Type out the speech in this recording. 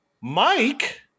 Mike